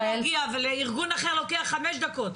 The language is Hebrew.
אם למשל עשר דקות לוקח לך להגיע ולארגון אחר לוקח חמש דקות,